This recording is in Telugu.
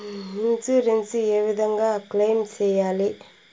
ఇన్సూరెన్సు ఏ విధంగా క్లెయిమ్ సేయాలి?